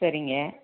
சரிங்க